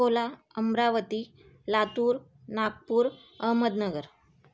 Akola Amravati Latur Nagpur Ahmednagar